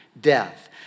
death